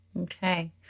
Okay